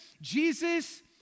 Jesus